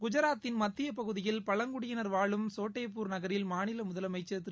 குஜராத்தின் மத்திய பகுதியில் பழங்குடியினர் வாழும் சோட்டாடேபூர் நகரில் மாநில முதலமைச்சா் திரு